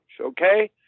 okay